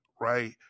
right